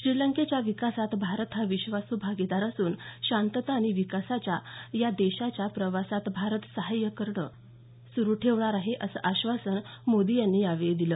श्रीलंकेच्या विकासात भारत हा विश्वासू भागीदार असून शांतता आणि विकासाच्या त्या देशाच्या प्रवासात भारत सहाय्य करणं सुरू ठेवणार आहे असं आश्वासन मोदी यांनी यावेळी दिलं